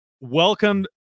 welcome